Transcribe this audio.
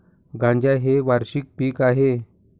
गांजा हे वार्षिक पीक आहे